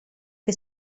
che